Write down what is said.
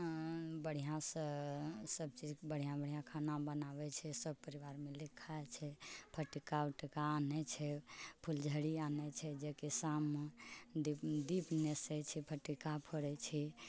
बढ़िऑं सँ सभ चीजके बढ़िऑं बढ़िऑं खाना बनाबै छै सभ परिवार मिलिके खाइ छै फटक्का वटक्का आनै छै फुलझड़ी आनै छै जेकि शाममे दीप दीप नेसै छै फटक्का फोड़ै छै